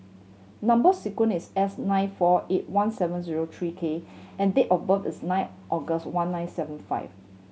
number sequence is S nine four eight one seven zero three K and date of birth is nine August one nine seven five